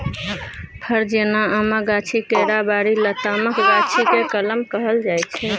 फर जेना आमक गाछी, केराबारी, लतामक गाछी केँ कलम कहल जाइ छै